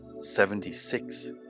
Seventy-six